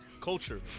culture